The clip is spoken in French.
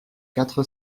quatre